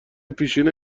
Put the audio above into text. پیشین